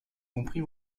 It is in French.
compris